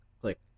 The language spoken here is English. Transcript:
click